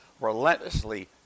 Relentlessly